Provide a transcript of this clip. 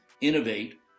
innovate